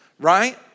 Right